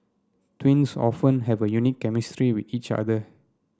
twins often have a unique chemistry with each other